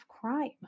crime